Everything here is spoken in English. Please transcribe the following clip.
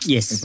Yes